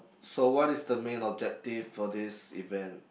so what is the main objective for this event